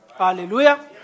Hallelujah